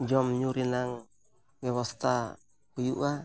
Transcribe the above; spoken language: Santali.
ᱡᱚᱢᱼᱧᱩ ᱨᱮᱱᱟᱜ ᱵᱮᱵᱚᱥᱛᱷᱟ ᱠᱚ ᱦᱩᱭᱩᱜᱼᱟ ᱟᱨ